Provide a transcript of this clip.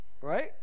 Right